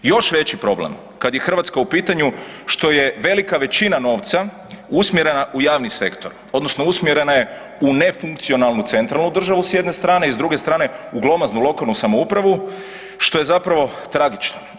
Još veći problem kad je Hrvatska u pitanju što je velika većina novca usmjerena u javni sektor odnosno usmjerena je u nefunkcionalnu centralnu državu s jedne strane i s druge strane u glomaznu lokalnu samoupravu što je zapravo tragično.